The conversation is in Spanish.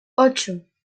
ocho